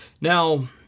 Now